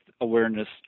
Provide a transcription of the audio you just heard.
awareness